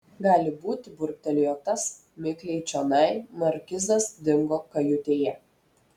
gali būti burbtelėjo tas mikliai čionai markizas dingo kajutėje